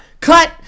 cut